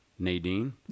Nadine